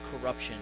corruption